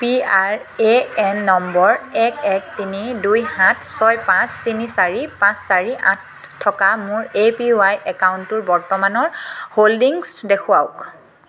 P R A N number এক এক তিনি দুই সাত ছয় পাঁচ তিনি চাৰি পাঁচ চাৰি আঠ থকা মোৰ এ পি ৱাই একাউণ্টটোৰ বৰ্তমানৰ হোল্ডিংছ দেখুৱাওক